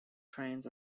trains